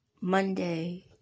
Monday